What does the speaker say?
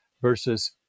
versus